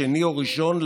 שני או ראשון לעולים,